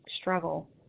struggle